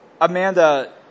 Amanda